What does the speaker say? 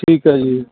ਠੀਕ ਹੈ ਜੀ